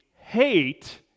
hate